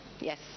Yes